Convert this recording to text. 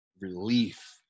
relief